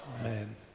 Amen